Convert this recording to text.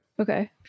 Okay